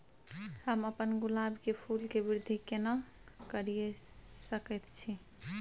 हम अपन गुलाब के फूल के वृद्धि केना करिये सकेत छी?